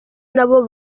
nabo